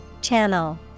Channel